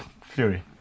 Fury